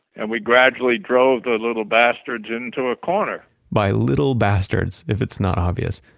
and we gradually drove the little bastards into a corner by little bastards, if it's not obvious,